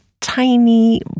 tiny